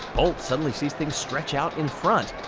blt suddenly sees things stretch out in front,